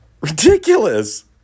Ridiculous